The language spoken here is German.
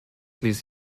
ließ